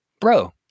Bro